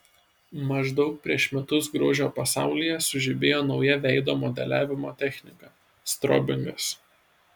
maždaug prieš metus grožio pasaulyje sužibėjo nauja veido modeliavimo technika strobingas